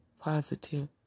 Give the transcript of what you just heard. positive